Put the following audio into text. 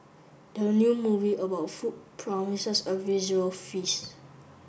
the new movie about food promises a visual feast